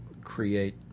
create